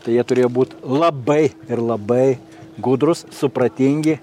tai jie turėjo būt labai ir labai gudrūs supratingi